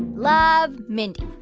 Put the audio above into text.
love, mindy.